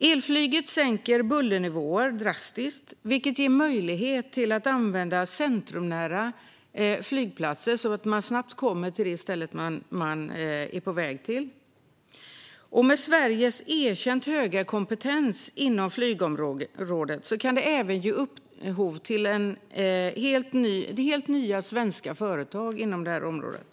Elflyget sänker bullernivåerna drastiskt, vilket ger möjlighet till användning av centrumnära flygplatser så att man snabbt kommer till det ställe man är på väg till. Med Sveriges erkänt höga kompetens inom flygområdet kan detta även ge upphov till helt nya svenska företag inom området.